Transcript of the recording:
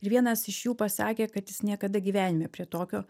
ir vienas iš jų pasakė kad jis niekada gyvenime prie tokio